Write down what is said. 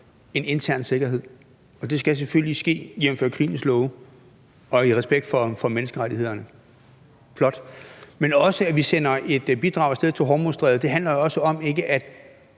en intern sikkerhed, og det skal selvfølgelig ske jævnfør krigens love og i respekt for menneskerettighederne. Men at vi sender et bidrag af sted til Hormuzstrædet, handler også om, at